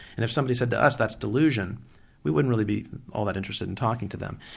and if somebody said to us that's delusion we wouldn't really be all that interested in talking to them.